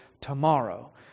tomorrow